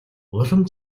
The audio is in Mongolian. улам